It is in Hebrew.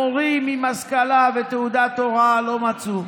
מורים עם השכלה ותעודת הוראה לא מצאו,